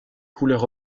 couleur